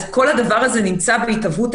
אז כל הדבר הזה נמצא בהתהוות.